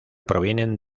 provienen